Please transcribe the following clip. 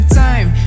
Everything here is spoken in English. time